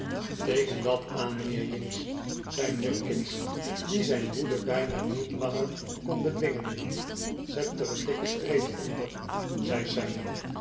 dat aan mijnheer jinks zei nupkins die zijn woede bijna niet langer kon bedwingen zet er een dikken streep onder zei sam